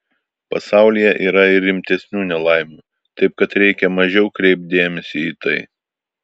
pasaulyje yra ir rimtesnių nelaimių taip kad reikia mažiau kreipt dėmesį į tai